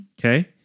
okay